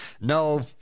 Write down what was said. no